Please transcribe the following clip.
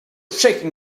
shaking